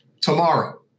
tomorrow